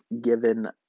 given